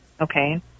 okay